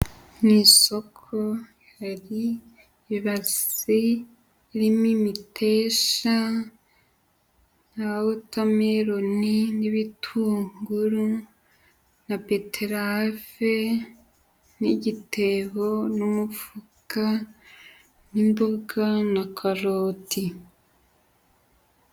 Mu isoko hari ibasi irimo imiteja na wotameloni n'ibitunguru na beterave n'igitebo n'umufuka w'imboga na karoti.